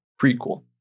prequel